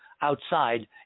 outside